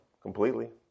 completely